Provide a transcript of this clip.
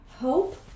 hope